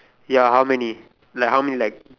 ya how many like how many like